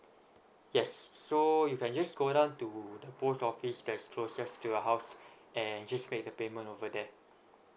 yes so you can just go down to the post office that's closest to your house and just make the payment over there